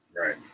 Right